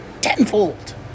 tenfold